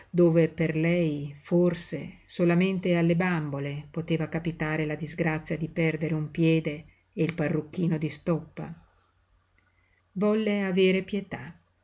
dove per lei forse solamente alle bambole poteva capitare la disgrazia di perdere un piede e il parrucchino di stoppa volle avere pietà